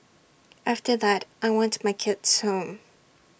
after that I want my kids home